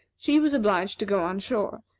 she was obliged to go on shore,